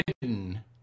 hidden